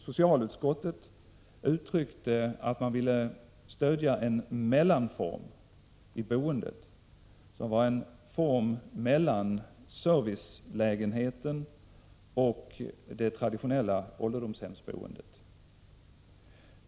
Socialutskottet uttryckte att man ville stödja en mellanform i boendet, någonting mellan servicelägenheten och det traditionella ålderdomshemsboendet.